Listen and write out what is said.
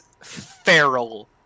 feral